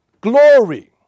glory